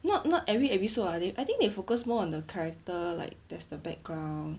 not not every episode ah they I think they focus more on the character like there's the background